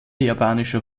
japanischer